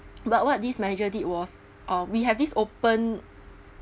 but what this manager did was uh we have this open